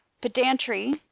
pedantry